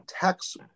tax